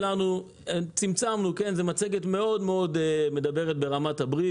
זאת מצגת שמביאה את הדברים בקצרה.